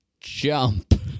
jump